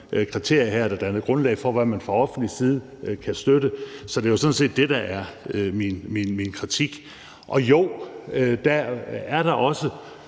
kriterier, der havde dannet grundlag for, hvad man fra offentlig side kunne støtte. Så det er sådan set det, min kritik går på. Jo, der er da også